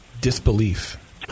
Disbelief